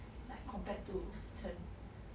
like compared to 橙